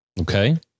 Okay